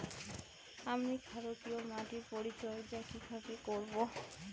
আমি ক্ষারকীয় মাটির পরিচর্যা কিভাবে করব?